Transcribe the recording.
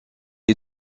est